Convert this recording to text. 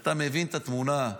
אתה מבין את התמונה.